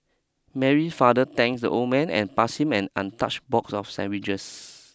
Mary father thank the old man and pass him an untouched box of sandwiches